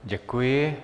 Děkuji.